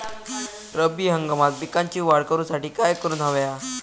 रब्बी हंगामात पिकांची वाढ करूसाठी काय करून हव्या?